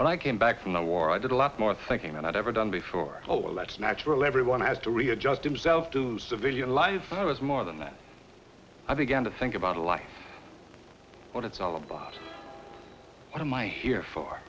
when i came back from the war i did a lot more thinking and i'd never done before oh well that's natural everyone has to readjust himself to civilian life i was more than that i began to think about life what it's all about what am i here for